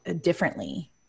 differently